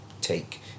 take